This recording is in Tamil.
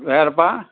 வேறப்பா